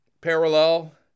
parallel